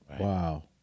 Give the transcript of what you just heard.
Wow